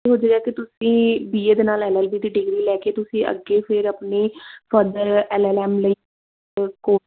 ਹੈ ਕਿ ਤੁਸੀਂ ਬੀ ਏ ਦੇ ਨਾਲ ਐੱਲ ਐੱਲ ਬੀ ਦੀ ਡਿਗਰੀ ਲੈ ਕੇ ਤੁਸੀਂ ਅੱਗੇ ਫਿਰ ਆਪਣੀ ਫਰਦਰ ਐੱਲ ਐੱਲ ਐੱਮ ਲਈ